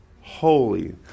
Holy